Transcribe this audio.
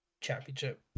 championship